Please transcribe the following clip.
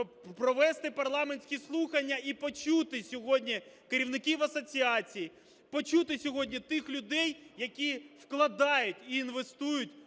провести парламентські слухання і почути сьогодні керівників асоціацій, почути сьогодні тих людей, які вкладають і інвестують